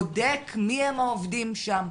בודק מי הם העובדים שם,